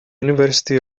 university